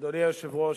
אדוני היושב-ראש,